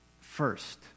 first